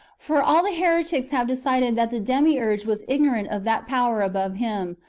for all the heretics have decided that the demiurge was ignorant of that power above him,